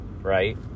right